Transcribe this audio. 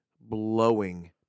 blowing